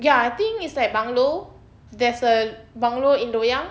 ya I think it's like bungalow there's a bungalow in loyang